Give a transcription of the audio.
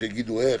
שיגידו איך,